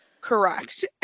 Correct